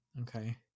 Okay